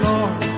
Lord